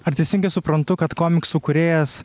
ar teisingai suprantu kad komiksų kūrėjas